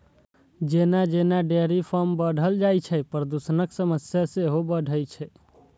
जेना जेना dairy farm बढ़ल जाइ छै, प्रदूषणक समस्या सेहो बढ़ै छै